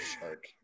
shark